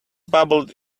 babbled